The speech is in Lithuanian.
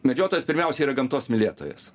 medžiotojas pirmiausia yra gamtos mylėtojas